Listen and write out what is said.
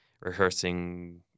rehearsing